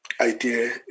idea